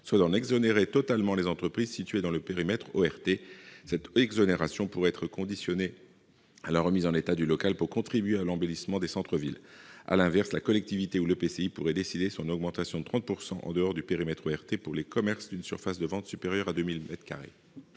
soit d'en exonérer totalement les entreprises situées dans le périmètre ORT. Cette exonération pourrait être conditionnée à la remise en état du local pour contribuer à l'embellissement des centres-villes. À l'inverse, la collectivité ou l'EPCI pourrait décider son augmentation de 30 % en dehors du périmètre ORT pour les commerces d'une surface de vente supérieure à 2 000